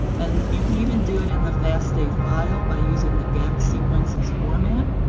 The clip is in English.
and you can even do it in the fasta file, by using the gapped sequences format,